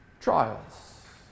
trials